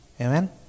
Amen